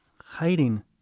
hiding